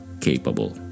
capable